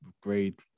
grade